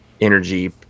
energy